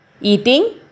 eating